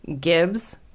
Gibbs